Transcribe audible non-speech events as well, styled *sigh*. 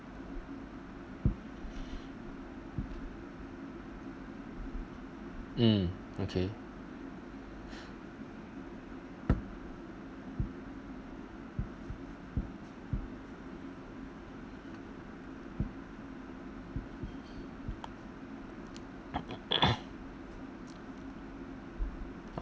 mm okay *coughs*